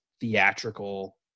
theatrical